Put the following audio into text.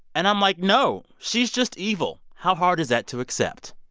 and i'm, like, no, she's just evil. how hard is that to accept?